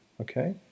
okay